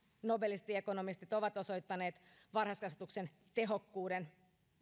nobelistiekonomistit ovat osoittaneet varhaiskasvatuksen tehokkuuden